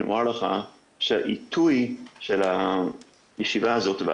אני אומר לך שהעיתוי של הוועדה הזו הוא